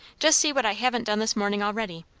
just see what i haven't done this morning already!